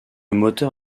moteur